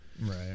right